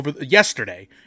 yesterday